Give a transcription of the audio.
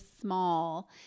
small